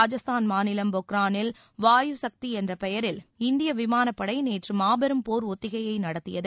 ராஜஸ்தான் மாநிலம் பொக்ரானில் வாயுசக்தி என்ற பெயரில் இந்திய விமானப்படை நேற்று மாபெரும் போர் ஒத்திகையை நடத்தியது